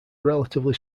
relatively